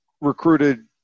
recruited